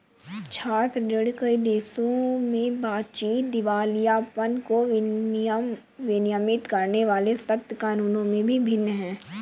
छात्र ऋण, कई देशों में बातचीत, दिवालियापन को विनियमित करने वाले सख्त कानूनों में भी भिन्न है